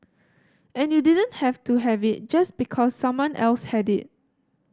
and you didn't have to have it just because someone else had it